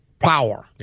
power